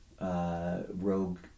rogue